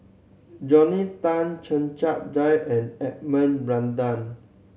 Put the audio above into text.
Rodney Tan Checha Davie and Edmund Blundell